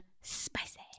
Spicy